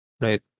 right